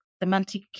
semantic